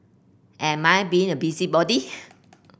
am I being a busybody